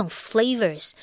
flavors